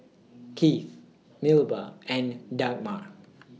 Keith Melba and Dagmar